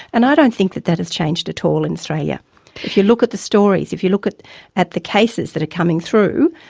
and i don't think that that has changed at all in australia if you look at the stories, if you look at at the cases that are coming through,